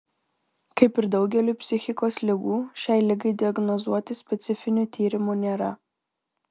kaip ir daugeliui psichikos ligų šiai ligai diagnozuoti specifinių tyrimų nėra